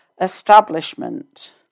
establishment